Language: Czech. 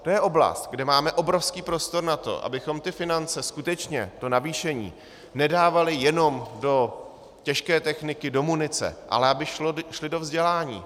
To je oblast, kde máme obrovský prostor na to, abychom ty finance skutečně, to navýšení, nedávali jenom do těžké techniky, do munice, ale aby šly do vzdělání.